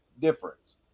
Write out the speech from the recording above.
difference